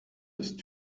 ist